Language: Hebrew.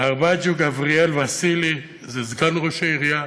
את חרבג'יו גבריאל וסילי, זה סגן ראש העירייה.